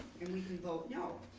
and we can vote no,